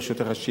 ברשותך,